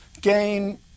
gain